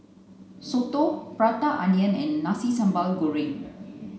soto prata onion and nasi sambal goreng